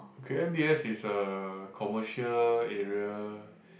okay M_b_S is a commercial area